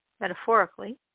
metaphorically